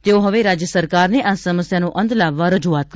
તેઓ હવે રાજ્ય સરકારને આ સમસ્યાનો અંત લાવવા રજૂઆત કરશે